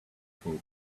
built